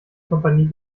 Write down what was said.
kompanie